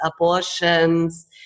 abortions